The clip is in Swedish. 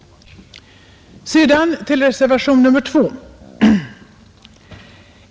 Sedan till reservationen 2.